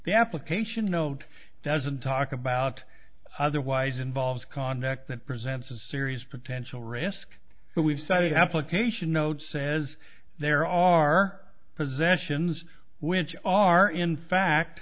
the application note doesn't talk about otherwise involves conduct that presents a serious potential risk but we've studied application note says there are possessions which are in fact